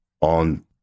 on